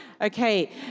Okay